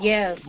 Yes